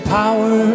power